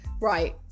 right